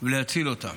ולהציל אותם.